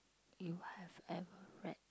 you have ever read